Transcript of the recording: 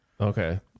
Okay